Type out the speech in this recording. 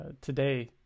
today